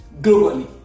globally